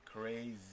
Crazy